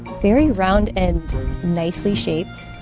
very round and nicely shaped.